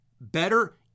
better